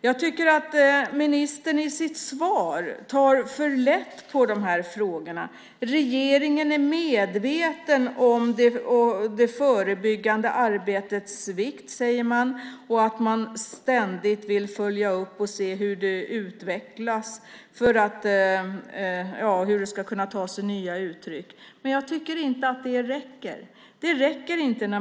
Jag tycker att ministern i sitt svar tar för lätt på de här frågorna. Regeringen är medveten om det förebyggande arbetets vikt, säger man, och man vill ständigt följa upp och se hur mobbningen utvecklas och tar sig nya uttryck. Men jag tycker inte att det räcker med att säga så.